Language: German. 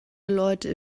leute